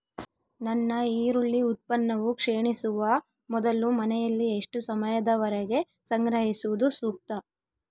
ನನ್ನ ಈರುಳ್ಳಿ ಉತ್ಪನ್ನವು ಕ್ಷೇಣಿಸುವ ಮೊದಲು ಮನೆಯಲ್ಲಿ ಎಷ್ಟು ಸಮಯದವರೆಗೆ ಸಂಗ್ರಹಿಸುವುದು ಸೂಕ್ತ?